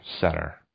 center